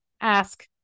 Ask